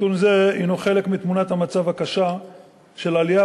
נתון זה הוא חלק מתמונת המצב הקשה של עלייה